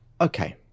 Okay